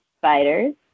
spiders